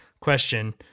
question